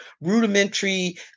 rudimentary